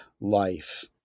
life